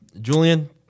Julian